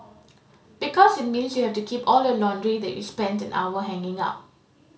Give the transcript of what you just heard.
because it means you have to keep all your laundry that you spent an hour hanging up